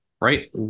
right